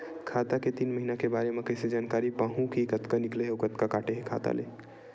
खाता के तीन महिना के बारे मा कइसे जानकारी पाहूं कि कतका निकले हे अउ कतका काटे हे खाता ले?